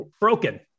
broken